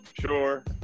sure